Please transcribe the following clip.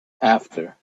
after